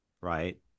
right